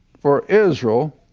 for israel.